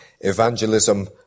evangelism